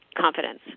confidence